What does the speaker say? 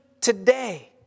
today